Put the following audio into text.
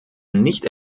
nicht